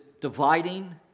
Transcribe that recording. dividing